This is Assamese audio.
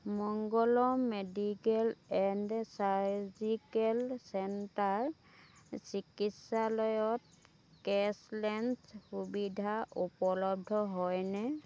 Mangalam medical and surgical centre চিকিৎসালয়ত কেচলেছ সুবিধা উপলব্ধ হয়নে